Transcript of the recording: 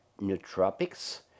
nootropics